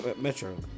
Metro